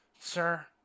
sir